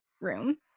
room